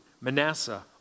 Manasseh